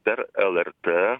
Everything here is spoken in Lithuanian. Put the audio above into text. per lrt